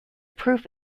proof